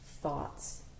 thoughts